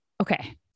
okay